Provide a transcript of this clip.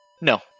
no